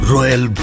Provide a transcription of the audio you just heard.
Royal